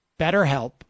betterhelp